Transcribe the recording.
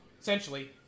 essentially